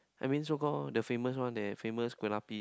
I mean so call the famous one they have famous kueh-lapis